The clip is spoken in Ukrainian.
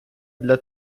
для